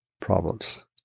problems